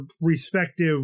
respective